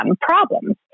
problems